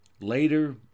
Later